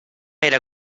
era